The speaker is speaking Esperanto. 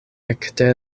ekde